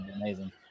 amazing